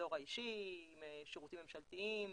האזור האישי, שירותים ממשלתיים.